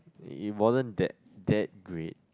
it wasn't that that great